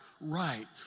right